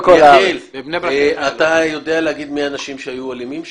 יחיאל, אתה יודע להגיד מי האנשים שהיו אלימים שם?